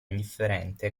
indifferente